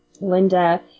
Linda